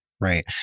Right